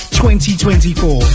2024